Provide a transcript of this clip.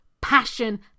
passion